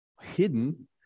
Hidden